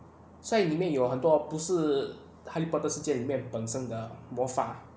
所以里面有很多不是 harry potter 世界里面本身的魔法